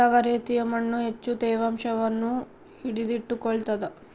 ಯಾವ ರೇತಿಯ ಮಣ್ಣು ಹೆಚ್ಚು ತೇವಾಂಶವನ್ನು ಹಿಡಿದಿಟ್ಟುಕೊಳ್ತದ?